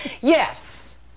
Yes